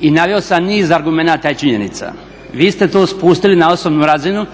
i naveo sam niz argumenata i činjenica. Vi ste to spustili na osobnu razinu.